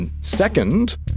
second